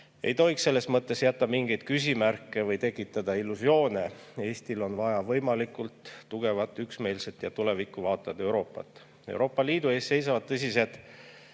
ei tohiks selles mõttes jätta mingeid küsimärke või tekitada illusioone. Eestil on vaja võimalikult tugevat, üksmeelset ja tulevikku vaatavat Euroopat. Euroopa Liidu ees seisavad tõsised